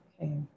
okay